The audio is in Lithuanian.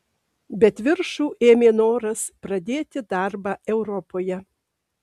bet viršų ėmė noras pradėti darbą europoje